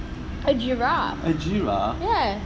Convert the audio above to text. a giraffe yes